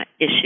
issue